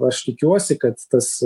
aš tikiuosi kad tas